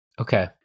Okay